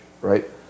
right